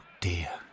dear